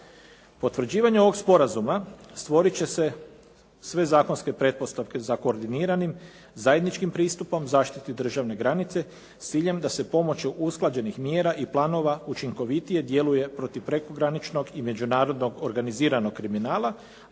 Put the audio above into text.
Potvrđivanjem ovog sporazuma stvorit će se sve zakonske pretpostavke za koordiniranim zajedničkim pristupom zaštiti državne granice s ciljem da se pomoću usklađenih mjera i planova učinkovitije djeluje protiv prekograničnog i međunarodnog organiziranog kriminala,